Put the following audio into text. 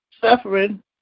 suffering